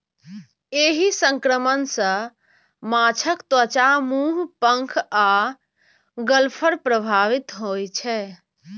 एहि संक्रमण सं माछक त्वचा, मुंह, पंख आ गलफड़ प्रभावित होइ छै